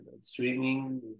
streaming